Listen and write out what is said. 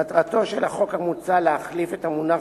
מטרתו של החוק המוצע היא להחליף את המונח